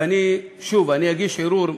ואני שוב אגיש ערעור,